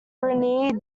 brunei